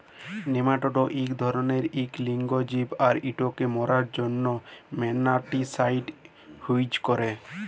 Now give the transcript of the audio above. nematoda ইক ধরলের ইক লিঙ্গ জীব আর ইটকে মারার জ্যনহে নেমাটিসাইড ইউজ ক্যরে